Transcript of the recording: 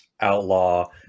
outlaw